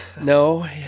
no